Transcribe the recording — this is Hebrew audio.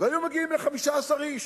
והיינו מגיעים ל-15 איש,